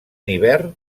hivern